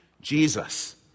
Jesus